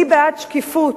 אני בעד שקיפות,